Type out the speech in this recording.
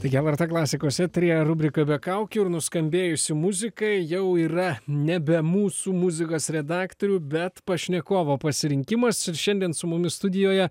taigi lrt klasikos eteryje rubrika be kaukių ir nuskambėjusi muzikai jau yra nebe mūsų muzikos redaktorių bet pašnekovo pasirinkimas šiandien su mumis studijoje